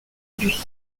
bus